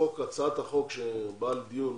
שבהצעת החוק שבאה לדיון